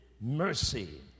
mercy